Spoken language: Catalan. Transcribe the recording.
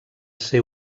ser